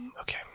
okay